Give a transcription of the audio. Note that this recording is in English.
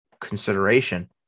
consideration